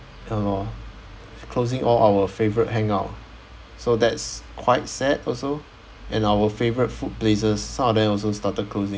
ya lor closing all our favourite hang out so that's quite sad also and our favourite food places some of them also started closing